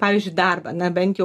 pavyzdžiui darbą na bent jau